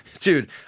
dude